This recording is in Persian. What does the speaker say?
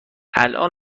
الان